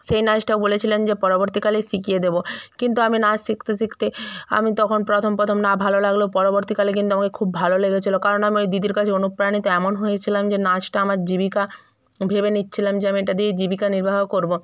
সেই নাচটা বলেছিলেন যে পরবর্তীকালেই শিখিয়ে দেবো কিন্তু আমি নাচ শিখতে শিখতে আমি তখন প্রথম প্রথম না ভালো লাগলেও পরবর্তীকালে কিন্তু আমাকে খুব ভালো লেগেছিলো কারণ আমি ওই দিদির কাছে অনুপ্রাণিত এমন হয়েছিলাম যে নাচটা আমার জীবিকা ভেবে নিচ্ছিলাম যে আমি এটা দিয়েই জীবিকা নির্বাহ করবো